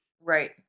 Right